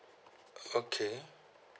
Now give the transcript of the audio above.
okay